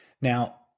Now